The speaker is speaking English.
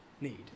need